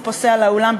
אני רוצה להבין,